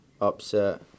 upset